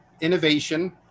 innovation